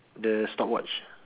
the stopwatch